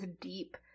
deep